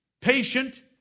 patient